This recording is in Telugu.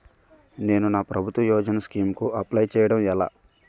నేను నా ప్రభుత్వ యోజన స్కీం కు అప్లై చేయడం ఎలా?